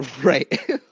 right